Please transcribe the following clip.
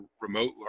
remote